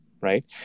right